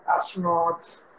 astronauts